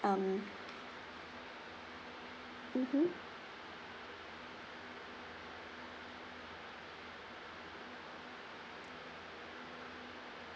um mmhmm